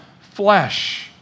flesh